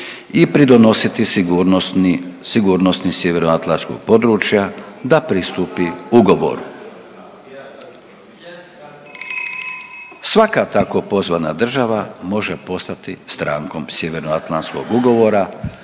i pridonositi sigurnosti Sjeveroatlantskog područja da pristupi ugovoru. Svaka tako pozvana država može postati strankom Sjevernoatlantskog ugovora